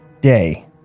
day